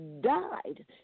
died